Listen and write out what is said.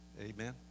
Amen